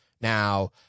now